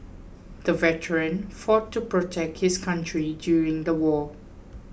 the veteran fought to protect his country during the war